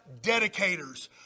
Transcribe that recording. dedicators